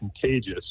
contagious